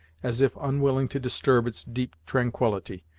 as if unwilling to disturb its deep tranquillity,